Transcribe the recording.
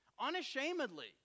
unashamedly